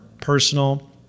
personal